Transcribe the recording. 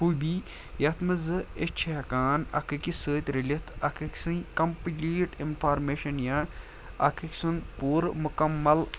خوٗبی یَتھ منٛز زٕ أسۍ چھِ ہٮ۪کان اَکھ أکِس سۭتۍ رٔلِتھ اَکھ أکۍسٕے کمپٕلیٖٹ اِنفارمیشن یا اَکھ أکۍ سُنٛد پوٗرٕ مُکمل